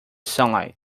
sunlight